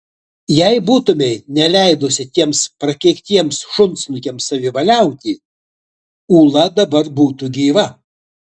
jei būtumei neleidusi tiems prakeiktiems šunsnukiams savivaliauti ūla dabar būtų gyva